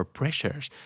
pressures